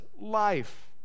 life